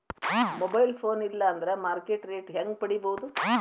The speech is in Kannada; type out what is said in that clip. ಮೊಬೈಲ್ ಫೋನ್ ಇಲ್ಲಾ ಅಂದ್ರ ಮಾರ್ಕೆಟ್ ರೇಟ್ ಹೆಂಗ್ ಪಡಿಬೋದು?